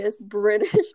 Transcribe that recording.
British